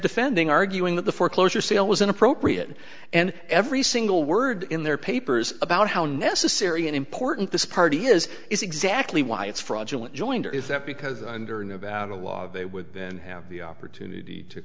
defending arguing that the foreclosure sale was inappropriate and every single word in their papers about how necessary and important this party is is exactly why it's fraudulent joinder is that because under a new about a law they would then have the opportunity to